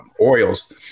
oils